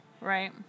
Right